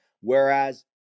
Whereas